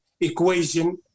equation